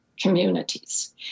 communities